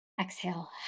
exhale